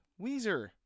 Weezer